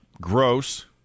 gross